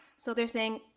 so they're saying,